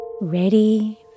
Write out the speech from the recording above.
ready